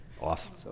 Awesome